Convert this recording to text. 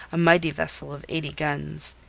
a mighty vessel of eighty guns.